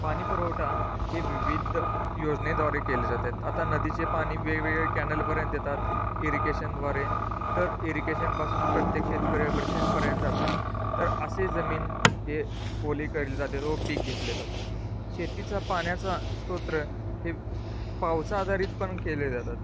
पाणी पुरवठा हे विविध योजनेद्वारे केले जातात आता नदीचे पानी वेगवेगळे कॅनलपर्यंत येतात इरिकेशनद्वारे तर इरिकेशनपासून प्रत्येक शेतकऱ्यापर्श पर्यंत जातात तर असे जमीन हे ओले केले जाते व पीक घेतले जातात शेतीचा पाण्याचा स्रोत हे पावसा आधारितपण केले जातात